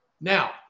Now